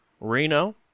Reno